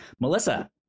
Melissa